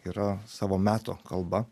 yra savo meto kalba